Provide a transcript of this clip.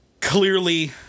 Clearly